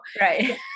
Right